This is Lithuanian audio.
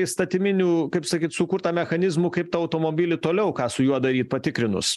įstatyminių kaip sakyt sukurta mechanizmų kaip tą automobilį toliau ką su juo daryt patikrinus